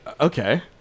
Okay